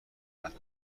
دهند